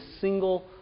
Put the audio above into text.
single